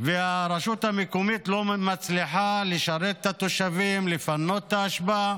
והרשות המקומית לא מצליחה לשרת את התושבים ולפנות את האשפה,